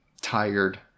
tired